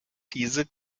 diese